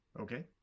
Okay